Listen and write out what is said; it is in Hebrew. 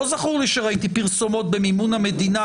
לא זכור לי שראיתי פרסומות במימון המדינה